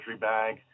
bag